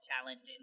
challenging